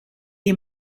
est